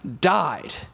died